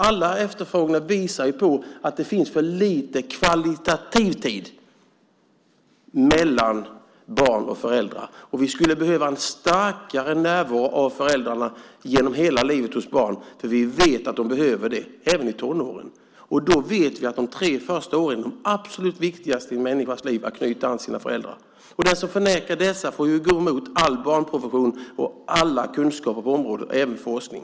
Alla undersökningar visar ju på att det finns för lite kvalitativ tid mellan barn och föräldrar. Barnen skulle behöva en starkare närvaro av föräldrarna genom hela livet. Vi vet att de behöver det, även i tonåren. Och vi vet att de tre första åren är de absolut viktigaste i en människas liv när det gäller att knyta an till sina föräldrar. Den som förnekar detta får gå emot all barnprofession och alla kunskaper på området, även forskning.